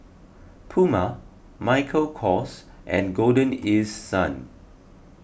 Puma Michael Kors and Golden East Sun